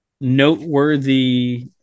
Noteworthy